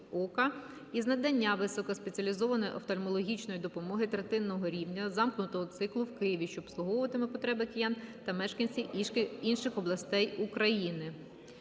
із надання високоспеціалізованої офтальмологічної допомоги третинного рівня замкнутого циклу в Києві, що обслуговуватиме потреби киян та мешканців інших областей України.